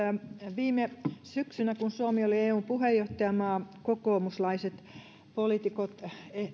viime syksynä kun suomi oli eun puheenjohtajamaa kokoomuslaiset poliitikot